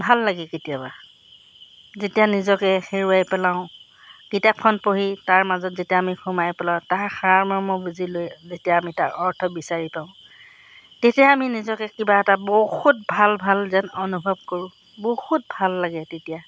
ভাল লাগে কেতিয়াবা যেতিয়া নিজকে হেৰুৱাই পেলাওঁ কিতাপখন পঢ়ি তাৰ মাজত যেতিয়া আমি সোমাই পেলাওঁ তাৰ সাৰমৰ্ম বুজি লৈ যেতিয়া আমি তাৰ অৰ্থ বিচাৰি পাওঁ তেতিয়া আমি নিজকে কিবা এটা বহুত ভাল ভাল যেন অনুভৱ কৰোঁ বহুত ভাল লাগে তেতিয়া